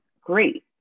great